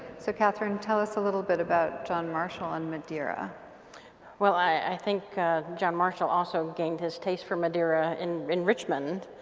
so catherine, tell us a little bit about john marshall and madeira well i think john marshall also gained his taste for madeira in in richmond,